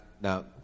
now